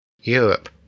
Europe